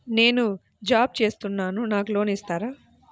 నేను జాబ్ చేస్తున్నాను నాకు లోన్ ఇస్తారా?